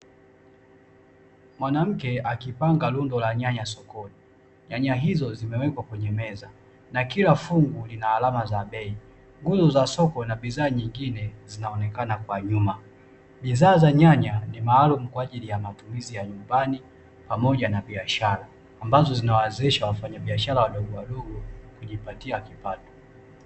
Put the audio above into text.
Mwanamke akipanga lundo la nyanya sokoni, nyanya hizo zimewekwa kwenye meza na kila fungu lina alama za bei, nguzo za soko na bidhaa nyingine zinaaonekana kwa nyuma, bidhaa za nyanya ni maalumu kwa matumizi ya nyumbani pamoja na biashara ambazo zinawawezesha wafanyabiashara wadogo wadogo kujipatia kipato.